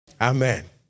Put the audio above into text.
Amen